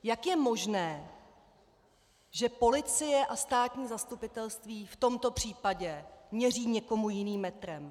Jak je možné, že policie a státní zastupitelství v tomto případě měří někomu jiným metrem?